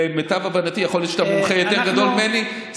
למיטב הבנתי יכול להיות שאתה מומחה יותר גדול ממני.